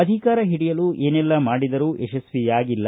ಅಧಿಕಾರ ಹಿಡಿಯಲು ಏನೆಲ್ಲಾ ಮಾಡಿದರೂ ಯಶಸ್ವಿಯಾಗಿಲ್ಲ